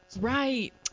Right